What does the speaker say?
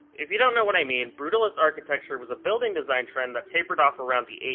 if you don't know what i mean, brutalist architecture was a building design trend that tapered off around the eighty